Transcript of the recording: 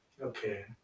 Okay